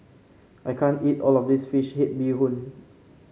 I can't eat all of this fish head Bee Hoon